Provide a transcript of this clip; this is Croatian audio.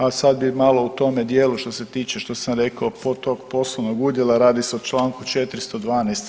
A sad bi malo u tome dijelu što se tiče što sam rekao kod tog poslovnog udjela, radi se o Članku 412.